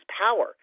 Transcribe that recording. power